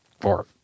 four